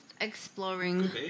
exploring